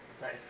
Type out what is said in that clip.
Nice